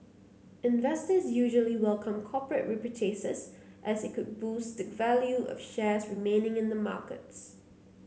investors usually welcome corporate repurchases as it could boost the value of shares remaining in the markets